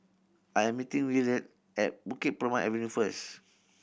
I am meeting Willard at Bukit Purmei Avenue first